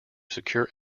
secure